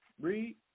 Read